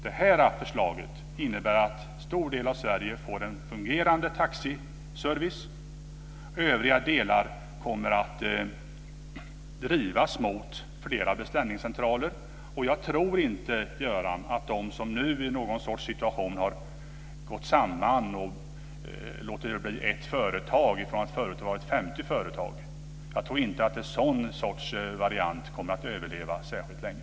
Det här förslaget innebär att en stor del av Sverige får en fungerande taxiservice. Övriga delar kommer att drivas mot fler beställningscentraler. Jag tror inte, Göran Hägglund, apropå de som nu i en situation har gått samman och blivit ett företag från att förut ha varit 50 företag, att en sådan variant kommer att överleva särskilt länge.